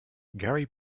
gary